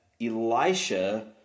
Elisha